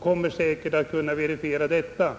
kommer säkert att kunna verifiera detta.